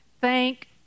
thank